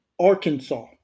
Arkansas